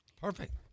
Perfect